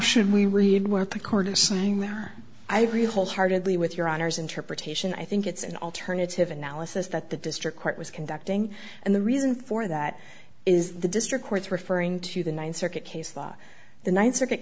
should we read what the court is saying there i agree wholeheartedly with your honor's interpretation i think it's an alternative analysis that the district court was conducting and the reason for that is the district court referring to the ninth circuit case law the ninth circuit